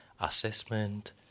assessment